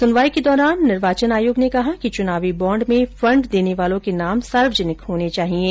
सुनवाई के दौरान निर्वाचन आयोग ने कहा कि चुनावी बॉण्ड में फण्ड देने वालों के नाम सार्वजनिक होने चाहिये